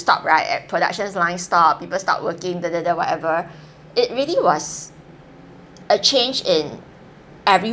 stop right at production lifestyle people start working du du du whatever it really was a change in every